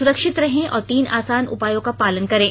सुरक्षित रहें और तीन आसान उपायों का पालन करें